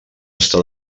està